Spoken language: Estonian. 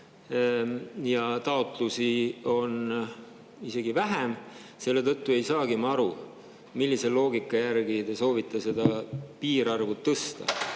ja taotlusi on isegi vähem. Selle tõttu ei saagi ma aru, millise loogika järgi te soovite piirarvu tõsta.